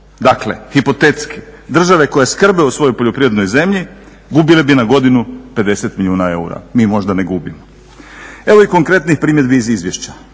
Dakle, hipotetski, države koje skrbe o svojoj poljoprivrednoj zemlji gubile bi na godinu 50 milijuna eura, mi možda ne gubimo. Evo i konkretnih primjedbi iz izvješća.